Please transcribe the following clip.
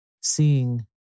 seeing